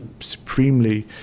supremely